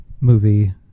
movie